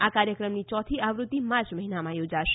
આ કાર્યક્રમની ચોથી આવૃતિ માર્ચ મહિનામાં યોજાશે